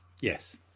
yes